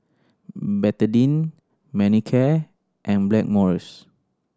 Betadine Manicare and Blackmores